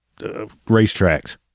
racetracks